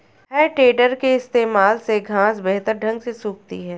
है टेडर के इस्तेमाल से घांस बेहतर ढंग से सूखती है